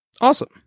Awesome